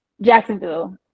Jacksonville